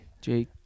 Jake